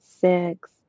six